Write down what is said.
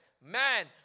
Man